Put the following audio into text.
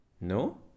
No